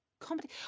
comedy